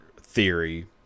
theory